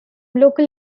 local